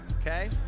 Okay